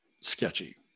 sketchy